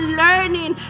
learning